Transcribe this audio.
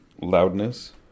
loudness